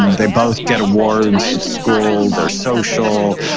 they both get awards at school. they're social.